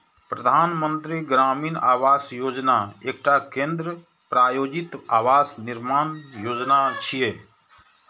प्रधानमंत्री ग्रामीण आवास योजना एकटा केंद्र प्रायोजित आवास निर्माण योजना छियै